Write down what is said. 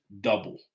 double